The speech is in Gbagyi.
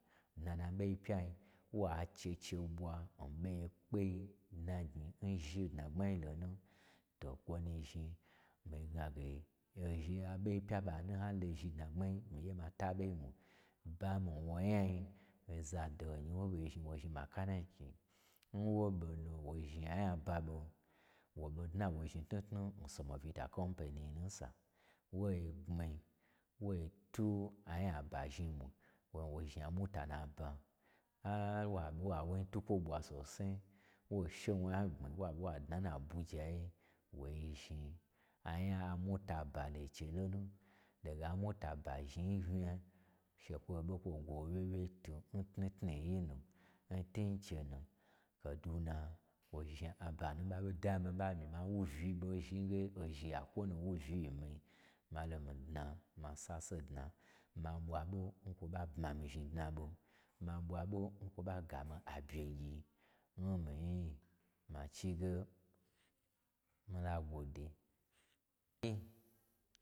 Dna n na ɓei pya nu, wa cheche ɓwa, nɓo ekpei dnagnyi nzhi dnagbmai lo nu. To kwo nu zhni mii gnage, ozhni aɓo yi pyan ɓanu, n ha lozhi dna gbmai, mii ye ma twu aɓoi mwu. Bamii n wo nya yii ozado ho nyi n wo ɓo zhni wo zhni makaneki, nwo ɓo lo wo zhni anya aba ɓo, wo ɓo dna wo zhni tnutnu, n semouita kompeni nu nsa, wo gbmi, wotwu anyab bazhni mwi, woi-woi zhni a motonu aba, har wa ɓe wa wo nyi twukwo ɓwa sosai, wo she wo nya gbmi, wa ɓe wa dna nna. Abuja ye, wo zni anya a mota aba lo che lonu, dege a moto aba zhniyi unya, shekwo ɓe kwo gwo wo wyewyei twu n tnutnuyi nu. N twu n chenu, kaduna kwo zhni abanu n ɓa ɓo da mii n mii ɓa mii ma wu uyi so, n shni ge ozhi yakwo nu wu uyi-i n mii, ma lo mii dna ma sase dna, ma ɓwa ɓo n kwo ɓa bma mii zhni dna ɓo, ma ɓwa ɓon kwo ɓa gamii abye gyi n mii nyi, ma chige mii la gwode.